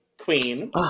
queen